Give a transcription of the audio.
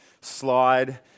slide